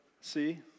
see